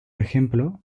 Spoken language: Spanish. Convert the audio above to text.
ejemplo